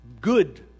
good